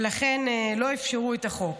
ולכן לא אפשרו את החוק.